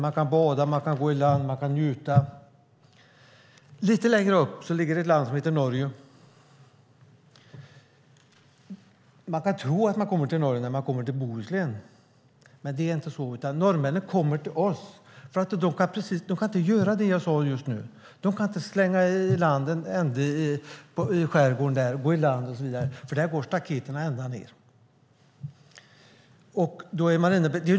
Man kan bada eller gå i land och njuta. Lite längre upp ligger ett land som heter Norge. Man kan tro att man kommer till Norge när man kommer till Bohuslän, men det är inte så. Norrmännen kommer till oss för att de inte kan göra det jag sade just nu. De kan inte slänga iland en ände i skärgården där, gå i land och så vidare, för där går staketen ända ned till vattnet.